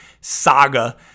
saga